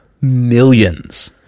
millions